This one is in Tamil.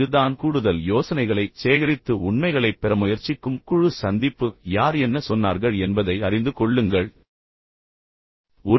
இப்போது தான் இது கூடுதல் யோசனைகளைச் சேகரித்து உண்மைகளைப் பெற முயற்சிக்கும் குழு சந்திப்பு யார் என்ன சொன்னார்கள் என்பதை அறிந்து கொள்ளுங்கள் நீங்கள் சூழ்நிலையில் இல்லாதது தான்